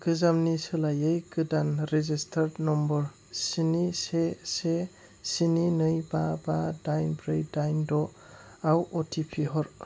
गोजामनि सोलायै गोदान रेजिस्टार्ड नाम्बार स्नि से से स्नि नै बा बा दाइन ब्रै दाइन द'आव अटिपि हर